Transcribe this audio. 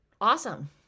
Awesome